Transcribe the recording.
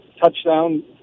touchdown